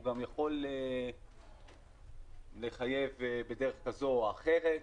הוא גם יכול לחייב בדרך כזו או אחרת,